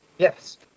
Yes